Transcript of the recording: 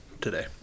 today